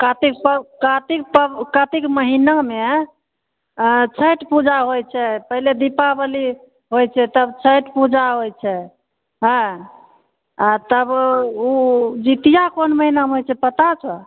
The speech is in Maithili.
कार्तिक पब कार्तिक पब कार्तिक महिनामे छठि पूजा होइत छै पहिले दीपाबली होइत छै तब छठि पूजा होइत छै हँ आ तब ओ जीतिआ कोन महिनामे होइत छै पता छौ